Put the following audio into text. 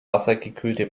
wassergekühlte